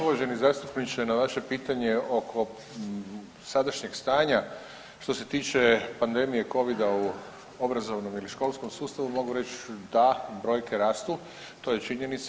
Uvaženi zastupniče na vaše pitanje oko sadašnjeg stanja što se tiče pandemije covida u obrazovnom i školskom sustavu mogu reći da brojke rastu, to je činjenica.